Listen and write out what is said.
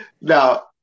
Now